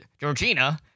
Georgina